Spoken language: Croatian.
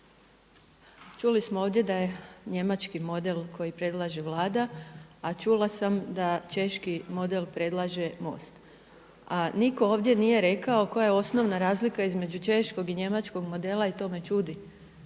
Čuli smo ovdje da je njemački model koji predlaže Vlada, a čula sam da češki model predlaže MOST, a nitko ovdje nije rekao koja je osnovna razlika između češkog i njemačkog modela i to me čudi.